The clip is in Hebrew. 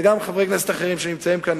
וגם חברי כנסת אחרים שנמצאים כאן,